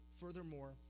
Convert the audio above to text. Furthermore